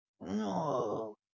No